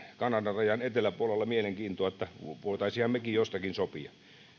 kanadan rajan eteläpuolella mielenkiintoa että voitaisiinhan mekin jostakin sopia